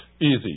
easy